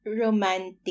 romantic